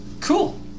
cool